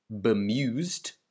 bemused